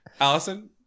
Allison